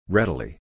Readily